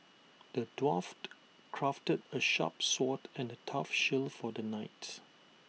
the dwarf crafted A sharp sword and A tough shield for the knight